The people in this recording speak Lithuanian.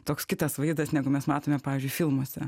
toks kitas vaizdas negu mes matome pavyzdžiui filmuose